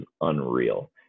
unreal